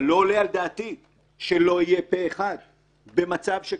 אבל לא עולה על דעתי שלא יהיה פה אחד במצב שכזה,